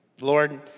Lord